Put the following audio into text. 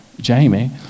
Jamie